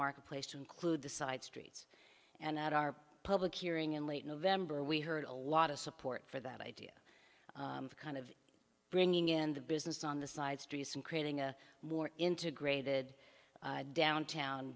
marketplace to include the side streets and at our public hearing in late november we heard a lot of support for that idea of kind of bringing in the business on the side streets and creating a more integrated downtown